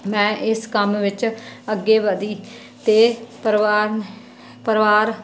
ਮੈਂ ਇਸ ਕੰਮ ਵਿੱਚ ਅੱਗੇ ਵਧੀ ਅਤੇ ਪਰਿਵਾਰ ਨੇ ਪਰਿਵਾਰ